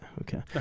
okay